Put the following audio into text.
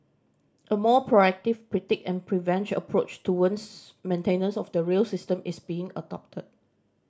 a more proactive predict and prevent approach towards maintenance of the rail system is being adopted